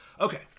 Okay